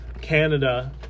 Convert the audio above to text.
Canada